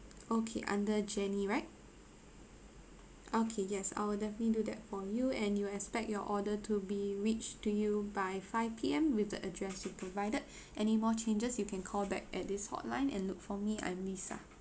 okay under jenny right okay yes I will definitely do that for you and you'll expect your order to be reached to you by five P_M with the address you provided any more changes you can call back at this hotline and look for me I'm lisa1